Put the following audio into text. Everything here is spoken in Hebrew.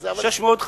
נכון.